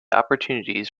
opportunities